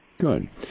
Good